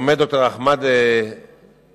עומד ד"ר אחמד גבן,